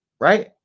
Right